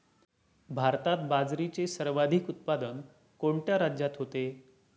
भारतात बाजरीचे सर्वाधिक उत्पादन कोणत्या राज्यात होते?